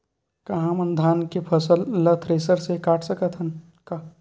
का हमन धान के फसल ला थ्रेसर से काट सकथन का?